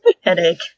Headache